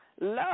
love